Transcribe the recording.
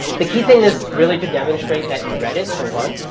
the key thing is really to demonstrate that you read it, for one,